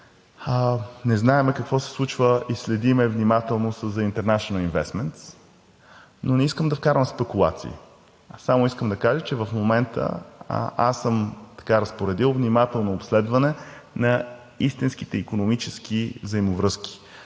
Не знаем какво се случва и следим внимателно за Интернешънъл Инвестмънтс, но не искам да вкарвам спекулации. Само искам да кажа, че в момента аз съм разпоредил внимателно обследване на истинските икономически взаимовръзки.